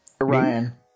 Ryan